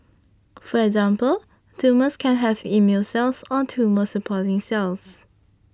for example tumours can have immune cells or tumour supporting cells